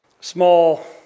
small